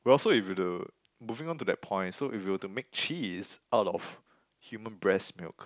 well so if you were to moving on to that point so if you were to make cheese out of human breast milk